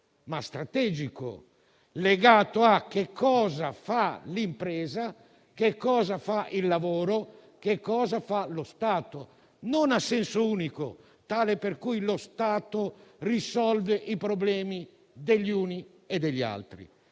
(ma strategico!), legato a cosa fa l'impresa, cosa fa il lavoro e cosa fa lo Stato, non a senso unico, tale per cui lo Stato risolve i problemi degli uni e degli altri.